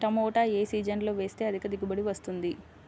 టమాటా ఏ సీజన్లో వేస్తే అధిక దిగుబడి వస్తుంది?